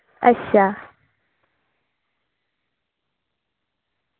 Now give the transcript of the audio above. अच्छा